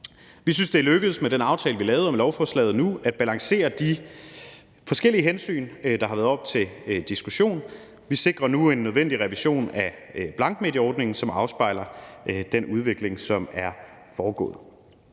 Vi synes, det er lykkedes med den aftale, vi har lavet, og med lovforslaget nu at balancere de forskellige hensyn, der har været oppe til diskussion. Vi sikrer nu en nødvendig revision af blankmedieordningen, som afspejler den udvikling, som er foregået,